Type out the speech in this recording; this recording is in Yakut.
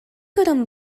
көрөн